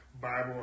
Bible